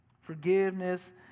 Forgiveness